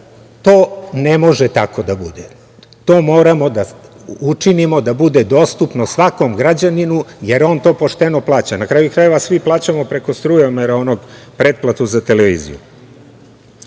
To ne može tako da bude. Moramo da učinimo da bude dostupno svakom građaninu, jer on to pošteno plaća. Na kraju krajeva, svi plaćamo preko strujomera pretplatu za televiziju. Nije